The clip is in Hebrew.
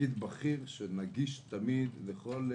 לפקיד בכיר שנגיש תמיד לכל תגובה,